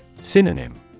Synonym